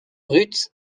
ruth